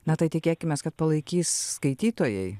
na tai tikėkimės kad palaikys skaitytojai